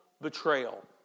betrayal